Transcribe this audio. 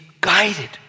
guided